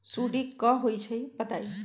सुडी क होई छई बताई?